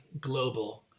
global